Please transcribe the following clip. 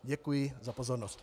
Děkuji za pozornost.